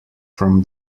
from